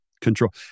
control